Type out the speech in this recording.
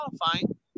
qualifying